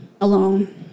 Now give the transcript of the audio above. alone